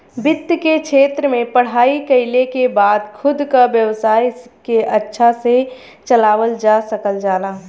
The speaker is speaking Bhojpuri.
वित्त के क्षेत्र में पढ़ाई कइले के बाद खुद क व्यवसाय के अच्छा से चलावल जा सकल जाला